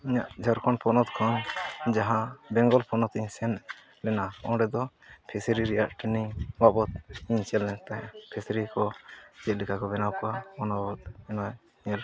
ᱤᱧᱟᱹᱜ ᱡᱷᱟᱲᱠᱷᱚᱸᱰ ᱯᱚᱱᱚᱛ ᱠᱷᱚᱱ ᱡᱟᱦᱟᱸ ᱵᱮᱝᱜᱚᱞ ᱯᱚᱱᱚᱛᱤᱧ ᱥᱮᱱ ᱞᱮᱱᱟ ᱚᱸᱰᱮ ᱫᱚ ᱯᱷᱤᱥᱟᱹᱨᱤ ᱨᱮᱭᱟᱜ ᱴᱨᱮᱱᱤᱝ ᱵᱟᱵᱚᱫ ᱤᱧ ᱥᱮᱱ ᱞᱮᱱ ᱛᱟᱦᱮᱸ ᱯᱷᱤᱥᱟᱹᱨᱤ ᱠᱚ ᱪᱮᱫᱞᱮᱠᱟ ᱠᱚ ᱵᱮᱱᱟᱣ ᱠᱚᱣᱟ ᱚᱱᱟ ᱵᱟᱵᱚᱫ ᱚᱱᱟ ᱧᱮᱞ